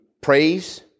praise